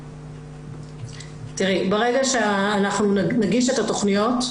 תראי, ברגע שאנחנו נגיש את התכניות,